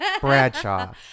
Bradshaw